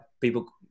people